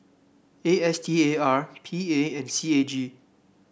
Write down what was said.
A S T A R P A and C A G